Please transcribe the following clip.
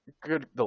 good